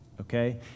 okay